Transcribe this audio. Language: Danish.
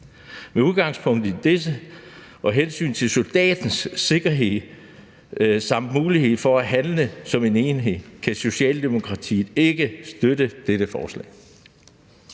Med udgangspunkt i dette og af hensyn til soldaternes sikkerhed samt deres mulighed for at handle som en enhed kan Socialdemokratiet ikke støtte dette forslag.